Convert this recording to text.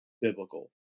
biblical